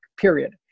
period